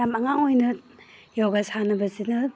ꯌꯥꯝ ꯑꯉꯥꯡ ꯑꯣꯏꯅ ꯌꯣꯒꯥ ꯁꯥꯟꯅꯕꯁꯤꯅ